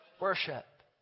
worship